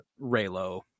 Raylo